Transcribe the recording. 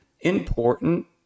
important